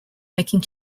making